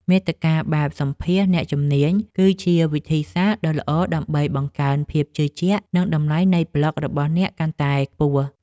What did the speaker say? មាតិកាបែបសម្ភាសន៍អ្នកជំនាញ គឺជាវិធីសាស្រ្តដ៏ល្អដើម្បីបង្កើនភាពជឿជាក់ និងតម្លៃនៃប្លក់របស់អ្នកកាន់តែខ្ពស់។